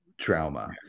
trauma